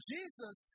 Jesus